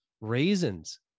raisins